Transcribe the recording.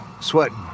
Sweating